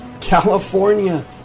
California